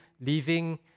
leaving